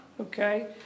Okay